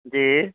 जी